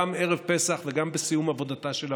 גם ערב פסח וגם בסיום עבודתה של הוועדה,